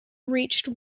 reached